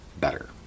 better